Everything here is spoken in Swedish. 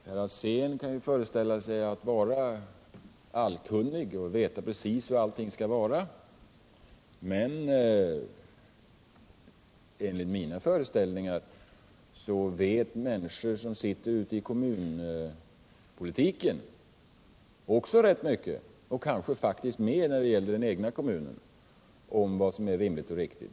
Herr Alsén kan ju föreställa sig att han är allkunnig och vet precis hur allting skall vara. Men enligt mina föreställningar vet människor som sitter ute i kommunalpolitiken också rätt mycket — faktiskt kanske mer när det gäller den egna kommunen — om vad som är rimligt och riktigt.